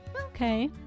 Okay